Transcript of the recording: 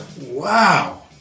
Wow